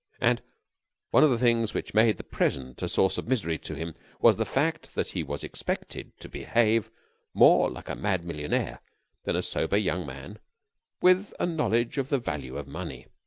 and one of the things which made the present a source of misery to him was the fact that he was expected to behave more like a mad millionaire than a sober young man with a knowledge of the value of money.